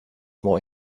more